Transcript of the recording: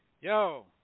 Yo